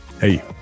Hey